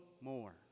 more